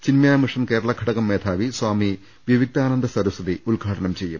Chinmaya Mission Kerala ഘടകം മേധാവി സ്വാമി വിവിക്താനന്ദ സരസ്വതി ഉദ്ഘാ ടനം ചെയ്യും